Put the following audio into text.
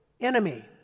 enemy